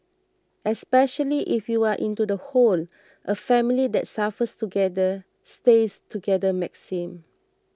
especially if you are into the whole a family that suffers together stays together maxim